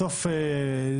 בסוף,